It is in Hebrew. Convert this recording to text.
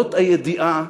למרות הידיעה